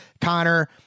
Connor